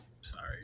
Sorry